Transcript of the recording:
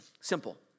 simple